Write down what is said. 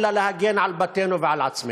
אלא להגן על בתינו ועל עצמנו.